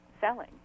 Selling